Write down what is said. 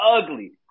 ugly